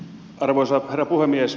arvoisa herra puhemies